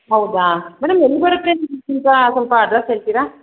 ಹೌದಾ ಮೇಡಮ್ ಎಲ್ಲಿ ಬರುತ್ತೆ ನಿಮ್ದು ಸ್ವಲ್ಪ ಅಡ್ರೆಸ್ ಹೇಳ್ತೀರಾ